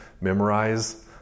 memorize